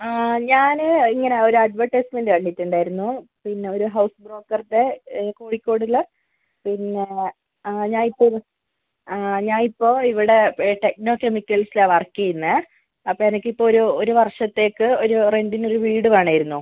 ഞാൻ ഇങ്ങനൊരു അഡ്വർടൈസ്മെന്റ് കണ്ടിട്ടുണ്ടായിരുന്നു പിന്നെ ഒരു ഹൗസ് ബ്രോക്കർക്ക് കോഴിക്കോടിൽ പിന്നേ ഞാനിപ്പൊരു ആ ഞാനപ്പോൾ ഇവിടെ ടെക്നോ കെമിക്കൽസിലാ വർക്ക് ചെയ്യുന്നത് അപ്പെനിക്കിപ്പൊരു ഒരു വർഷത്തേക്ക് ഒരു റെന്റിനൊരു വീട് വേണമായിരുന്നു